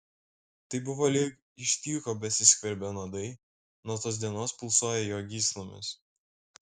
tai buvo lyg iš tyko besiskverbią nuodai nuo tos dienos pulsuoją jo gyslomis